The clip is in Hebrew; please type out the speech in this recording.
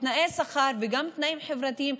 תנאי שכר וגם תנאים חברתיים,